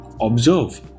observe